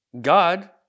God